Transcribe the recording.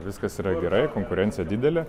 viskas yra gerai konkurencija didelė